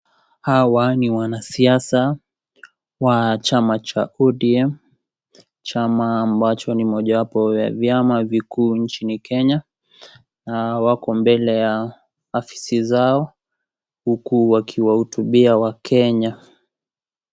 Hawa ni wanasiasa wa chama cha ODM, chama ambacho ni mojawapo ya vyama vikuu nchini Kenya wako mbele ya afisi zao huku wakiwahutubia wakenya.